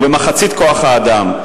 ובמחצית כוח-האדם.